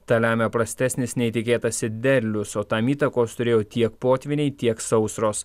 tą lemia prastesnis nei tikėtasi derlius o tam įtakos turėjo tiek potvyniai tiek sausros